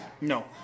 No